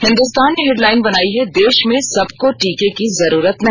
हिंदुस्तान ने हेडलाइन बनायी है दे ा में सबको टीके की जरूरत नहीं